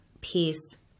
peace